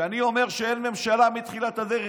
כשאני אומר שאין ממשלה מתחילת הדרך,